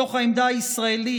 מתוך העמדה הישראלית,